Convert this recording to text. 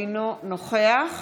אינו נוכח